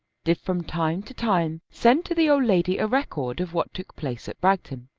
did from time to time send to the old lady a record of what took place at bragton.